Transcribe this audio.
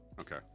Okay